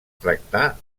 tractar